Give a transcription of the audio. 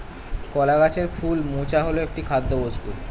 কলা গাছের ফুল মোচা হল একটি খাদ্যবস্তু